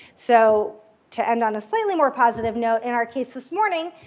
so to end on a slightly more positive note, in our case this morning,